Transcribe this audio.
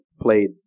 played